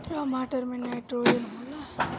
टमाटर मे नाइट्रोजन होला?